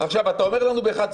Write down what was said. אתה אומר לנו לבוא ב-11,